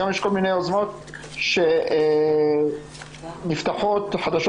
היום יש כל מיני יוזמות שנפתחות חדשות